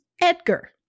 Edgar